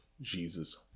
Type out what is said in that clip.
Jesus